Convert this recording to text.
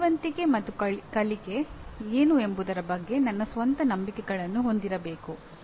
ಬುದ್ಧಿವಂತಿಕೆ ಮತ್ತು ಕಲಿಕೆ ಏನು ಎಂಬುದರ ಬಗ್ಗೆ ನನ್ನ ಸ್ವಂತ ನಂಬಿಕೆಗಳನ್ನು ಹೊಂದಿರಬೇಕು